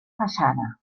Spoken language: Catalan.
façana